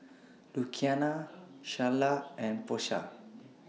Luciana Sharla and Porsha